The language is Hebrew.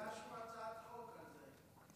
הגשנו הצעת חוק על זה,